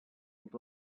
which